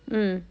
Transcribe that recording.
mm